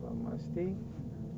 kalau mak stay